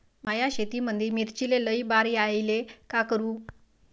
माया शेतामंदी मिर्चीले लई बार यायले का करू?